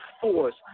force